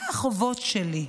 מה החובות שלי?